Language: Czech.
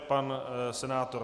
Pan senátor.